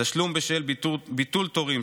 תשלום בשל ביטול תורים,